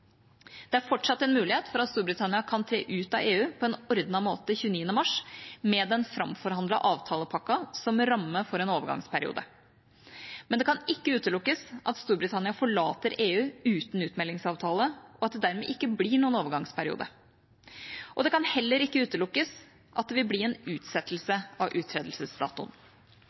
Det er fortsatt en mulighet for at Storbritannia kan tre ut av EU på en ordnet måte 29. mars, med den framforhandlede avtalepakken som ramme for en overgangsperiode. Men det kan ikke utelukkes at Storbritannia forlater EU uten utmeldingsavtale, og at det dermed ikke blir noen overgangsperiode. Det kan heller ikke utelukkes at det vil bli en utsettelse av uttredelsesdatoen.